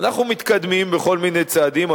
אנחנו מתקדמים בכל מיני צעדים.